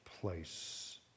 place